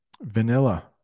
vanilla